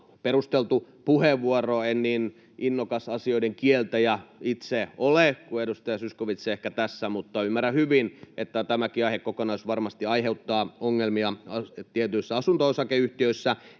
perusteltu puheenvuoro. En niin innokas asioiden kieltäjä itse ole kuin edustaja Zyskowicz ehkä tässä, mutta ymmärrän hyvin, että tämäkin aihekokonaisuus varmasti aiheuttaa ongelmia tietyissä asunto-osakeyhtiöissä.